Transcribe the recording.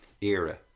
era